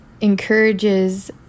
encourages